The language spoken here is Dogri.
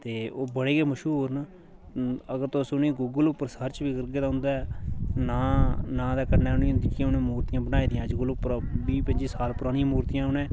ते ओह् बड़े गै महशूर न अगर तुस उनें गी गुगल उप्पर सच बी करगे ता उंदा नां नां दे कन्नै उनें जेह्की मूरतियां बनाई दियां गुगल उप्पर बीह् पंजी साल परानियां मूरतियां उनें